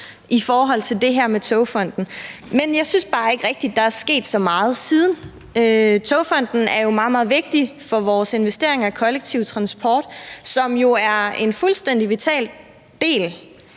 i forhold til det her med Togfonden DK, men jeg synes bare ikke rigtig, der er sket så meget siden. Togfonden DK er jo meget, meget vigtig for vores investering i kollektiv transport, som jo er en fuldstændig vital del